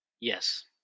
Yes